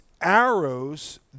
arrows